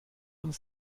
uns